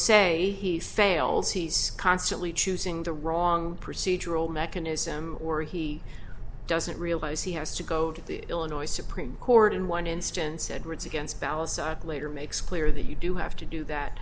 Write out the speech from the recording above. se he fails he's constantly choosing the wrong procedural mechanism or he doesn't realize he has to go to the illinois supreme court in one instance edwards against ballots later makes clear that you do have to do that